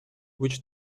which